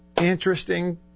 interesting